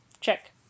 Check